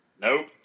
Nope